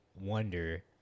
wonder